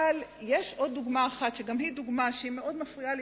אבל יש עוד דוגמה אחת שגם היא מאוד מפריעה לי